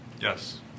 Yes